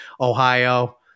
Ohio